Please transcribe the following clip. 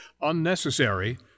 unnecessary